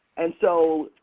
and so,